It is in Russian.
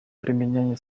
применение